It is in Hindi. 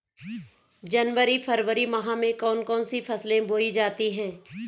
जनवरी फरवरी माह में कौन कौन सी फसलें बोई जाती हैं?